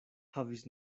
havis